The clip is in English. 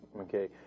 okay